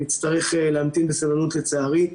נצטרך להמתין בסבלנות, לצערי.